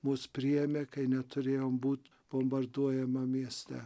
mus priėmė kai neturėjom būt bombarduojamam mieste